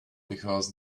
because